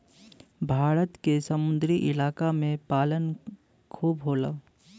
भारत के समुंदरी इलाका में पालन खूब होला